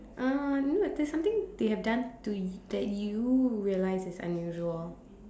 uh no there's something they have done to y~ that you realize is unusual